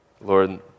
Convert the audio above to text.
Lord